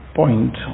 point